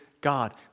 God